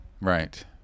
right